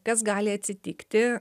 kas gali atsitikti